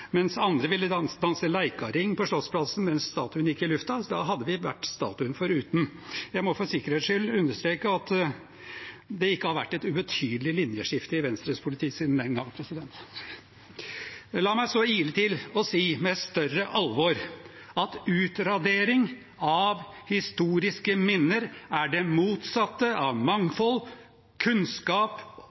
mens andre ville danse i leikarring på Slottsplassen mens statuen gikk luften. Så da hadde vi vært statuen foruten. Jeg må for sikkerhets skyld understreke at det har vært et ikke ubetydelig linjeskifte i Venstres politikk siden den gang. La meg så ile til og si, med større alvor, at utradering av historiske minner er det motsatte av mangfold, kunnskap,